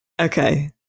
Okay